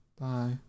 bye